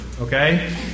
okay